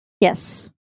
Yes